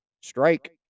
strike